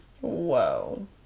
Whoa